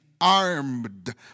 armed